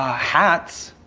hats,